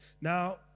Now